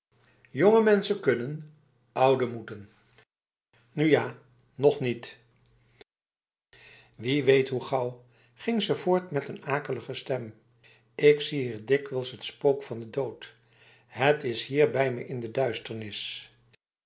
jonge mensen kunnen oude moeten nu ja nog nietf wie weet hoe gauw ging ze voort met een akelige stem ik zie hier dikwijls het spook van de dood het is hier bij me in de duisternis